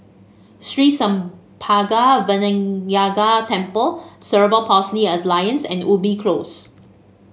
Sri Senpaga Vinayagar Temple Cerebral Palsy Alliance and Ubi Close